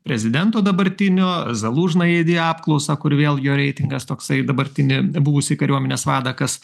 prezidento dabartinio zalužną įdėjo į apklausą kur vėl jo reitingas toksai dabartinį buvusį kariuomenės vadą kas